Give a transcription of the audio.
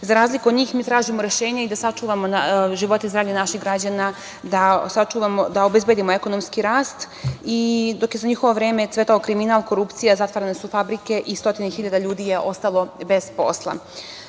razliku od njih, mi tražimo rešenja i da sačuvamo živote zdravlja naših građana, da obezbedimo ekonomski rast. I dok je za njihovo vreme cvetao kriminal, korupcija, zatvarane su fabrike i stotine hiljada ljudi je ostalo bez posla. Ali,